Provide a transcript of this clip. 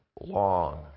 long